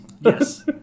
Yes